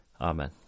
amen